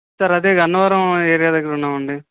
sir అదే Gannavaram area దగ్గర ఉన్నామండి